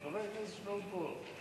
את חברי הכנסת שישמעו פה.